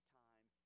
time